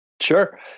Sure